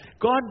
God